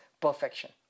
perfection